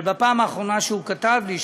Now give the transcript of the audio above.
אבל בפעם האחרונה שהוא כתב לי,